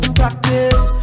practice